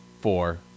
four